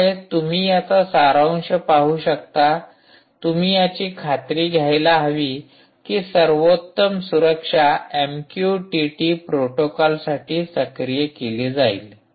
त्यामुळे तुम्ही याचा सारांश पाहू शकता तुम्ही याची खात्री घ्यायला हवी कि सर्वोत्तम सुरक्षा एमक्यूटीटी प्रोटॉकलसाठी सक्रिय केली जाईल